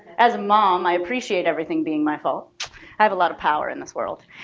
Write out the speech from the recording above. as a mom i appreciate everything being my fault. i have a lot of power in this world.